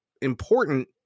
important